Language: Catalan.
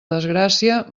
desgràcia